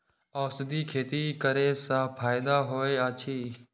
औषधि खेती करे स फायदा होय अछि?